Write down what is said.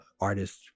artist